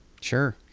Sure